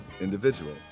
individual